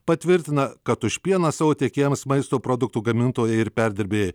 patvirtina kad už pieną savo tiekėjams maisto produktų gamintojai ir perdirbėjai